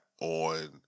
on